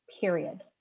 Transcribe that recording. period